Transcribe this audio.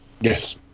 yes